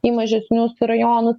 į mažesnius rajonus